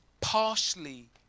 partially